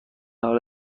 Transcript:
حال